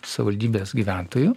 savivaldybės gyventojų